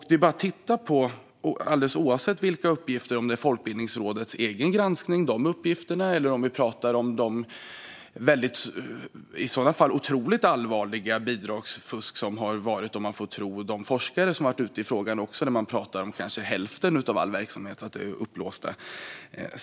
Det kan handla om uppgifter från Folkbildningsrådets egen granskning eller om det otroligt allvarliga bidragsfusk som har skett om man får tro de forskare som har varit ute i frågan; det pratas om uppblåsta siffror i kanske hälften av all verksamhet.